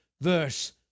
verse